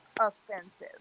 offensive